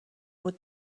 بود